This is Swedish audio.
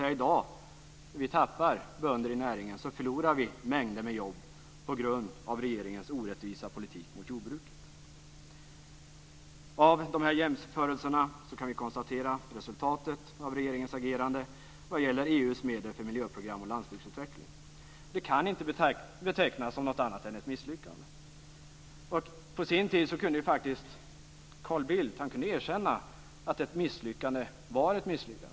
När vi i dag tappar bönder i näringen går mängder av jobb förlorade på grund av regeringens orättvisa jordbrukspolitik. Av dessa jämförelser kan man konstatera att resultatet av regeringens agerande när det gäller EU:s medel för miljöprogram och landsbygdsutveckling inte kan betecknas som något annat än ett misslyckande. På sin tid kunde Carl Bildt faktiskt erkänna att ett misslyckande var ett misslyckande.